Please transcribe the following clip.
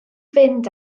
fynd